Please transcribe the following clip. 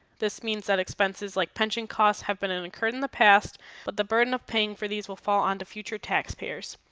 this means that expenses like pension costs have been incurred in the past but the burden of paying for these will fall onto future taxpayers.